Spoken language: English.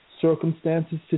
circumstances